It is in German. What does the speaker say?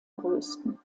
größten